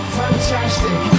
fantastic